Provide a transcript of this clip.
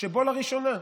שבו לראשונה,